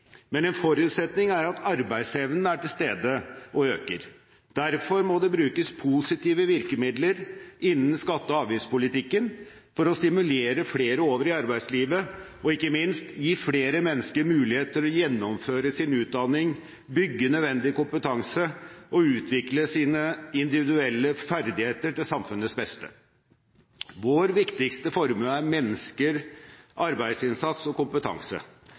men en forutsetning er at arbeidsevnen er til stede og øker. Derfor må det brukes positive virkemidler innen skatte- og avgiftspolitikken for å stimulere flere over i arbeidslivet og ikke minst gi flere mennesker mulighet til å gjennomføre sin utdanning, bygge nødvendig kompetanse og utvikle sine individuelle ferdigheter til samfunnets beste. Vår viktigste formue er mennesker, arbeidsinnsats og kompetanse.